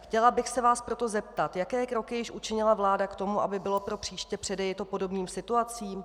Chtěla bych se vás proto zeptat, jaké kroky již učinila vláda k tomu, aby bylo propříště předejito podobným situacím.